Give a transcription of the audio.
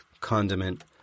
condiment